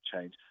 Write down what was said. change